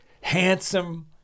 handsome